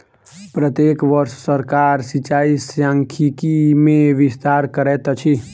प्रत्येक वर्ष सरकार सिचाई सांख्यिकी मे विस्तार करैत अछि